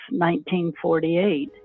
1948